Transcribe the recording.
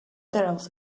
titles